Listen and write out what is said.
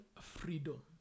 freedom